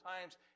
times